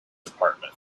department